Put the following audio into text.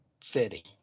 city